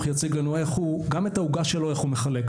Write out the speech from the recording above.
יציג לנו גם את העוגה שלו איך הוא מחלק.